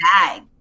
bag